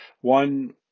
One